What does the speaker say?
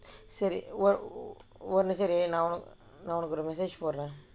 ஒரு நிமிஷம் இரு நான் உனக்கு:oru nimisham iru naan unakku message போடுறேன்:poduraen